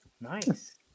Nice